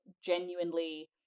genuinely